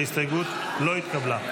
ההסתייגות לא התקבלה.